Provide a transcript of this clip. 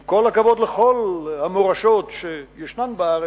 עם כל הכבוד לכל המורשות שישנן בארץ,